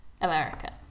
America